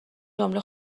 جمله